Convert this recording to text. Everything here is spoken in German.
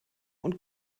und